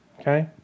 Okay